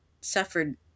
suffered